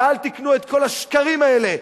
ואל תקנו את כל השקרים האלה,